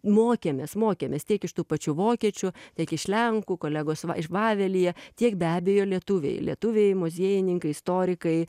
mokėmės mokėmės tiek iš tų pačių vokiečių tiek iš lenkų kolegos iš vavelyje tiek be abejo lietuviai lietuviai muziejininkai istorikai